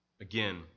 Again